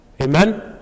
Amen